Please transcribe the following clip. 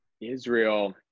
Israel